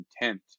intent